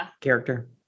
character